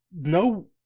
no